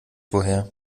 woher